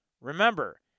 Remember